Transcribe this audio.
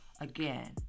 again